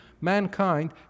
mankind